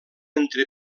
entre